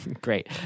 Great